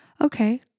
okay